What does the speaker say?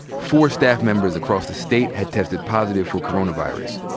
four staff members across the state had tested positive for coronavirus.